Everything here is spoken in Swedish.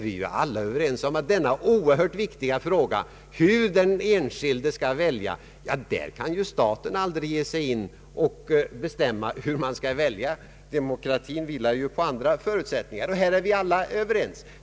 Vi är alla överens om att den oerhört viktiga frågan hur den enskilde skall välja, den kan staten aldrig lägga sig i. Demokratin vilar ju på andra förutsättningar, på den punkten är vi alla överens.